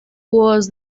was